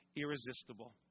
irresistible